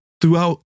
throughout